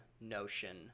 notion